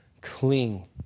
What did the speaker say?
cling